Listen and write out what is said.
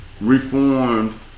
reformed